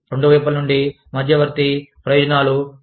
రెండు వైపుల నుండి మధ్యవర్తి ప్రయోజనాలు పొందుతాడు